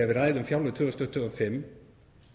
þegar við ræðum